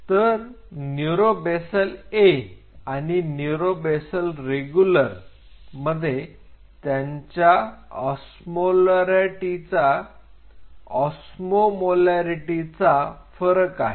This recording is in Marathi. तर न्यूरो बेसल A आणि न्यूरो बेसल रेगुलर मध्ये त्यांच्या अस्मोमोलारिटीचा फरक आहे